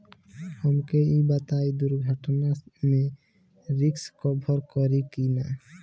हमके ई बताईं दुर्घटना में रिस्क कभर करी कि ना?